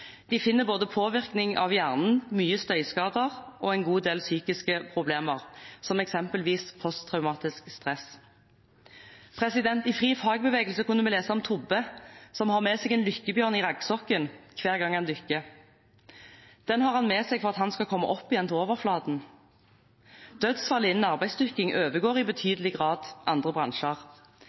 De finner både påvirkning av hjernen, mye støyskader og en god del psykiske problemer, som eksempelvis post-traumatisk stress. I FriFagbevegelse kunne vi lese om Tobbe, som har med seg en lykkebjørn i raggsokken hver gang han dykker. Den har han med seg for at han skal komme opp igjen til overflaten. Dødsfall innen arbeidsdykking overgår i betydelig grad andre bransjer.